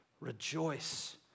rejoice